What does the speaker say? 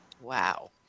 Wow